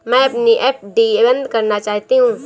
मैं अपनी एफ.डी बंद करना चाहती हूँ